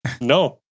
No